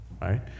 right